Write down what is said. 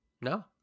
No